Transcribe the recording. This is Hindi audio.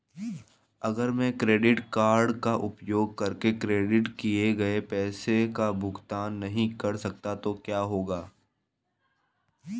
अगर मैं क्रेडिट कार्ड का उपयोग करके क्रेडिट किए गए पैसे का भुगतान नहीं कर सकता तो क्या होगा?